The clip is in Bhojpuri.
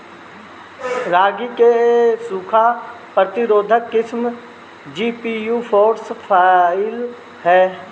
रागी क सूखा प्रतिरोधी किस्म जी.पी.यू फोर फाइव ह?